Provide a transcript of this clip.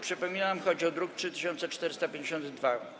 Przypominam, że chodzi o druk nr 3452.